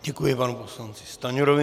Děkuji panu poslanci Stanjurovi.